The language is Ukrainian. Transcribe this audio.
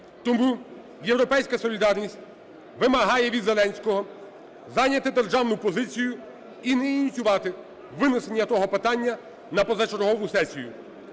Тому "Європейська солідарність" вимагає від Зеленського зайняти державну позицію і не ініціювати винесення того питання на позачергову сесію.